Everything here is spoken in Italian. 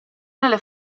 nelle